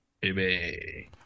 Baby